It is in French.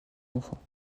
enfants